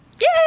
Yay